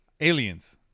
Aliens